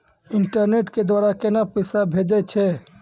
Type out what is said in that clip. Internet के द्वारा केना पैसा भेजय छै?